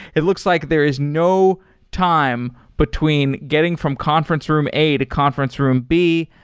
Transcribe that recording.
it looks like there is no time between getting from conference room a to conference room b.